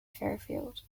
fairfield